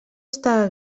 estava